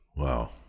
Wow